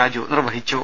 രാജു നിർവഹിച്ചു